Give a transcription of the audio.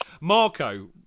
Marco